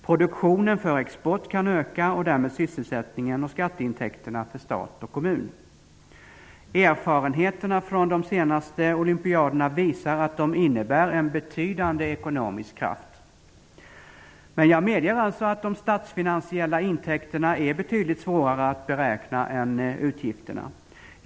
Produktionen för export kan öka och därmed sysselsättningen och skatteintäkterna för stat och kommun. Erfarenheterna från de senaste olympiaderna visar att de innebär en betydande ekonomisk kraft. Jag medger att de statsfinansiella intäkterna är betydligt svårare att beräkna än utgifterna.